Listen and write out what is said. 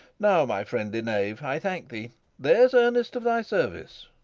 now, my friendly knave, i thank thee there's earnest of thy service.